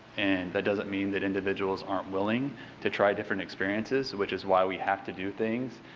and that doesn't mean that individuals aren't willing to try different experiences. which is why we have to do things,